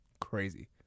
crazy